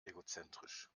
egozentrisch